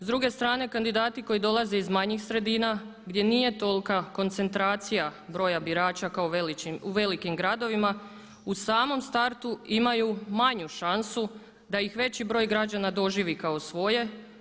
S druge strani kandidati koji dolaze iz manjih sredina gdje nije tolika koncentracija broja birača kao u velikim gradovima u samom startu imaju manju šancu da ih veći broj građana doživi kao svoje.